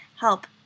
help